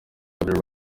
kabiri